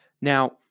Now